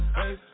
hey